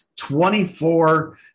24